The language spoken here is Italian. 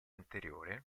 anteriore